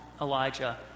Elijah